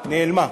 נעלמה,